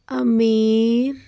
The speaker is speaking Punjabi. ਅਮੀਰ